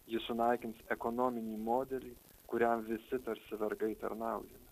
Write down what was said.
jis sunaikins ekonominį modelį kuriam visi tarsi vergai tarnaujame